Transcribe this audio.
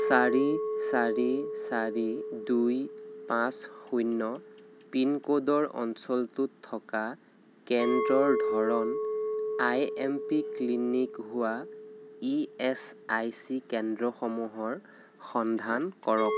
চাৰি চাৰি দুই পাঁচ শূন্য পিনক'ডৰ অঞ্চলটোত থকা কেন্দ্ৰৰ ধৰণ আই এম পি ক্লিনিক হোৱা ই এচ আই চি কেন্দ্ৰসমূহৰ সন্ধান কৰক